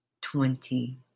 twenty